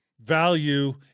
value